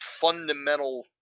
fundamental